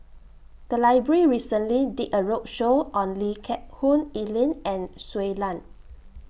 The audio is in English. The Library recently did A roadshow on Lee Geck Hoon Ellen and Shui Lan